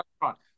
restaurant